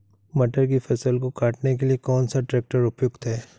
मटर की फसल को काटने के लिए कौन सा ट्रैक्टर उपयुक्त है?